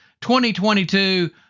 2022